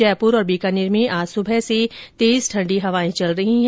जयपुर और बीकानेर में आज सुबह से तेज ठंडी हवाएं चल रही हैं